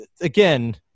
Again